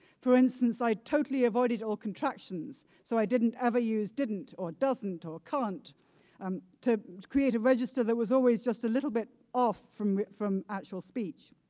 for instance, i totally avoided all contractions. so i didn't ever use, didn't or doesn't or can't um to create a register that was always just a little bit off from from actual speech.